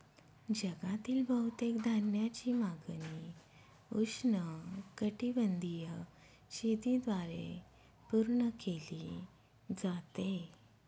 जगातील बहुतेक धान्याची मागणी उष्णकटिबंधीय शेतीद्वारे पूर्ण केली जाते